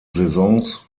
saisons